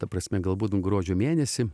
ta prasme galbūt gruodžio mėnesį